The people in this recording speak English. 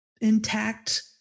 intact